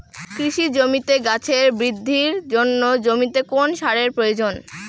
কৃষি জমিতে গাছের বৃদ্ধির জন্য জমিতে কোন সারের প্রয়োজন?